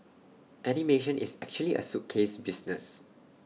animation is actually A suitcase business